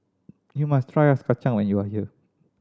you must try ice kacang when you are here